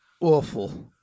awful